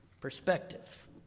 perspective